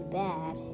bad